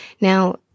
Now